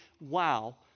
wow